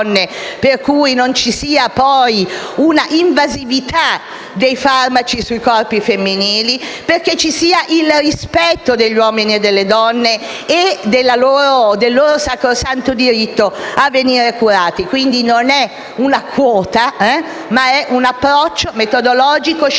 affinché non ci sia invasività dei farmaci sui corpi femminili, perché ci sia il rispetto degli uomini e delle donne e del loro sacrosanto diritto a venire curati. Non è quindi una quota, ma è un approccio metodologico e scientifico